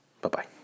Bye-bye